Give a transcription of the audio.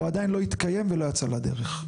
הוא עדיין לא התקיים ולא יצא לדרך?